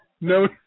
No